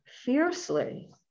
fiercely